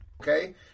Okay